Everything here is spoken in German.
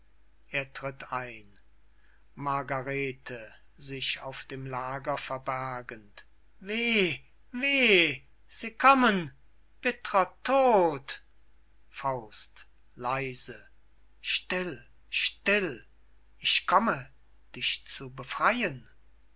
margarete sich auf dem lager verbergend weh weh sie kommen bittrer tod faust leise still still ich komme dich zu befreyen